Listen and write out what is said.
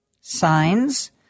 signs